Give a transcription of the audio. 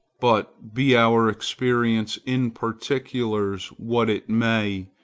but be our experience in particulars what it may,